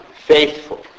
faithful